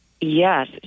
Yes